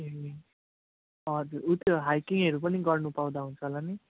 ए हजुर ऊ त्यो हाइकिङहरू पनि गर्नु पाउँदा हुन्छ होला नि